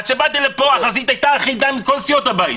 עד שבאתי לפה החזית הייתה אחידה עם כל סיעות הבית.